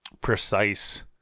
precise